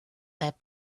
that